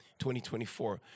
2024